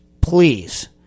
please